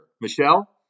Michelle